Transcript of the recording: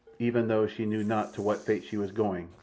even though she knew not to what fate she was going,